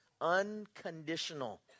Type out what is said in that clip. unconditional